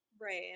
Right